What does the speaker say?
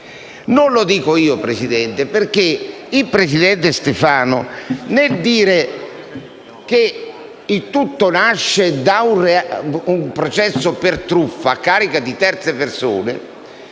Non lo dico io, signor Presidente, perché il presidente Stefano nel dire che il tutto nasce da un processo per truffa a carico di terze persone,